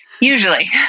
Usually